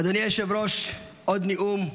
אדוני היושב-ראש, עוד נאום,